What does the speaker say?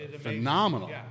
phenomenal